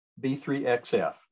B3XF